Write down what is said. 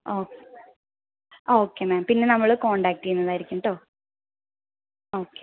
okay ആ okay ma'am പിന്നെ നമ്മൾ കോൺടാക്റ്റ് ചെയ്യുന്നതാരിക്കും കേട്ടോ ഓക്കെ